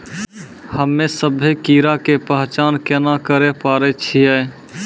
हम्मे सभ्भे कीड़ा के पहचान केना करे पाड़ै छियै?